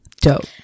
dope